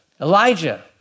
Elijah